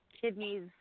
kidneys